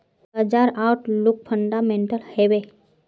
बाजार outlook fundamental हैवै?